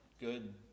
good